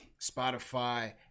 Spotify